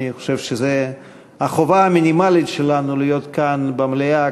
אני חושב שזו החובה המינימלית שלנו להיות כאן במליאה